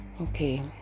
Okay